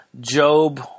Job